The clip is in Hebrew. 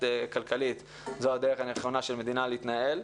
כלכלית זו הדרך הנכונה של מדינה להתנהל.